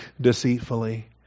deceitfully